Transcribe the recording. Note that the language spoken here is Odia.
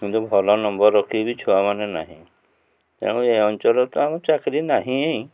କିନ୍ତୁ ଭଲ ନମ୍ବର୍ ରଖିକି ଛୁଆମାନେ ନାହିଁ ତେଣୁ ଏ ଅଞ୍ଚଳ ତ ଆଉ ଚାକିରି ନାହିଁ